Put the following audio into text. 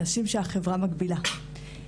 נשים שהחברה מגבילה.